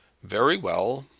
very well.